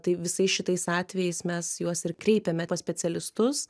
tai visais šitais atvejais mes juos ir kreipiame pas specialistus